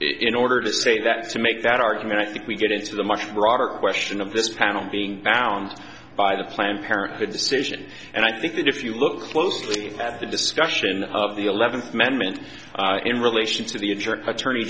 in order to say that to make that argument i think we get into the much broader question of this panel being bound by the planned parenthood decision and i think that if you look closely at the discussion of the eleventh amendment in relation to the if you're an attorney